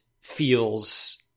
feels